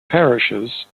parishes